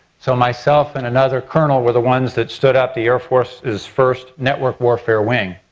so myself and another colonel were the ones that stood up the air force's first network warfare wing.